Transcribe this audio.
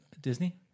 Disney